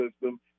system